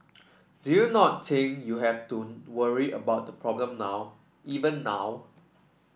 do you not you have worry about the problem now even now